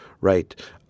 Right